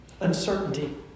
Uncertainty